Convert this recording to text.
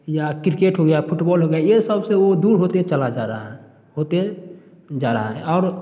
या क्रिकेट हो गया फुटबॉल हो गया ये सबसे वो दूर होते चला जा रहा है होते जा रहा है और